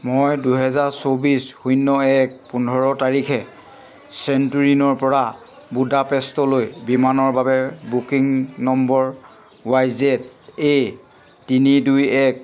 মই দুহেজাৰ চৌবিছ শূন্য় এক পোন্ধৰ তাৰিখে ছেণ্টোৰিনৰ পৰা বুদাপেষ্টলৈ বিমানৰ বাবে booking number Y Z A তিনি দুই এক